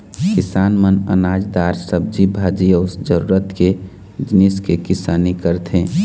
किसान मन अनाज, दार, सब्जी भाजी अउ जरूरत के जिनिस के किसानी करथे